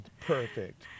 Perfect